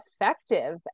effective